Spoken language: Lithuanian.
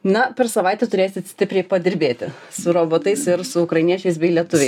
na per savaitę turėsit stipriai padirbėti su robotais ir su ukrainiečiais bei lietuviai